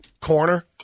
corner